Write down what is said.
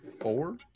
four